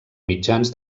mitjans